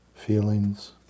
Feelings